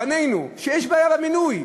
לפנינו, כשיש בעיה במינוי,